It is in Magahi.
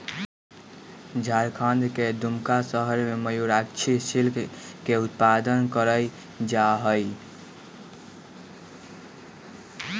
झारखंड के दुमका शहर में मयूराक्षी सिल्क के उत्पादन कइल जाहई